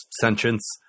sentience